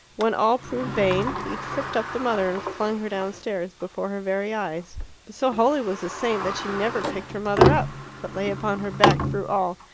when all proved vain he tripped up the mother and flung her downstairs before her very eyes. but so holy was the saint that she never picked her mother up, but lay upon her back through all,